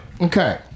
Okay